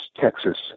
Texas